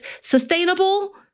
sustainable